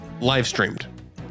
live-streamed